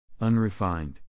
Unrefined